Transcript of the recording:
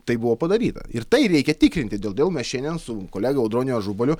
tai buvo padaryta ir tai reikia tikinti todėl mes šiandien su kolega audroniu ažubaliu